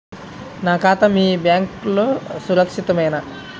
నా ఖాతా మీ బ్యాంక్లో సురక్షితమేనా?